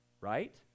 right